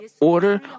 order